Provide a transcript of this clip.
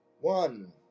one